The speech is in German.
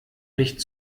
nicht